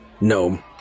no